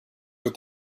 with